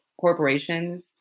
corporations